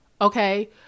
okay